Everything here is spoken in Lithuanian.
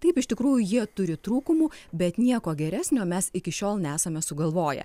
taip iš tikrųjų jie turi trūkumų bet nieko geresnio mes iki šiol nesame sugalvoję